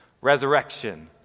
Resurrection